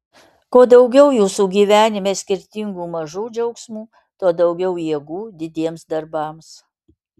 kuo daugiau jūsų gyvenime skirtingų mažų džiaugsmų tuo daugiau jėgų didiems darbams